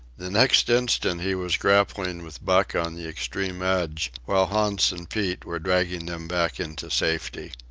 the next instant he was grappling with buck on the extreme edge, while hans and pete were dragging them back into safety.